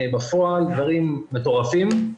בפועל דברים מטורפים,